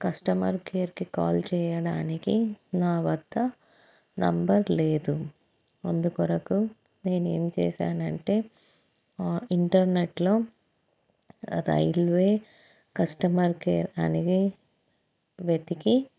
customer కేర్కి call చేయడానికి నా వద్ద నెంబర్ లేదు అందుకొరకు నేను ఏమి చేసాను అంటే ఇంటర్నెట్లో రైల్వే కస్టమర్ కేర్ అనేది వెతికి